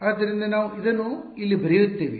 ಆದ್ದರಿಂದ ನಾವು ಇದನ್ನು ಇಲ್ಲಿ ಬರೆಯುತ್ತೇವೆ